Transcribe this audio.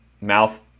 mouth